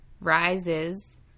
rises